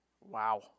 Wow